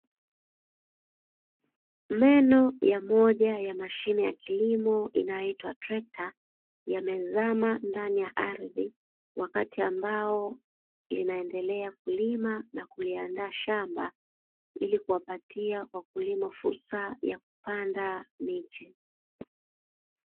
Meno ya moja ya mashine ya kilimo inayoitwa trekta, yamezama ndani ya ardhi wakati ambao inaendelea kulima na kuyaanda shamba ili kuwapatia wakulima fursa ya kupanda miche.